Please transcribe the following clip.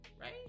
Right